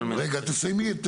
רגע, תסיימי.